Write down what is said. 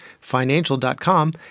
financial.com